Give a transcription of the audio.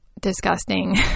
disgusting